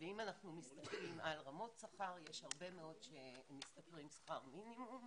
אם אנחנו מסתכלים על רמות שכר יש הרבה מאוד שמשתכרים שכר מינימום.